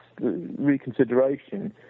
reconsideration